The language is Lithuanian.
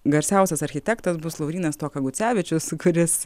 garsiausias architektas bus laurynas stuoka gucevičius kuris